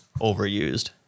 overused